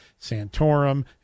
Santorum